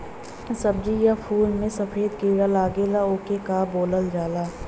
सब्ज़ी या फुल में सफेद कीड़ा लगेला ओके का बोलल जाला?